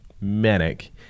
manic